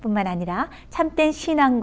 from what i did out temptation on